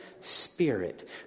Spirit